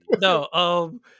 No